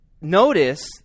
Notice